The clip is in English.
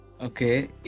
Okay